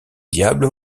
diable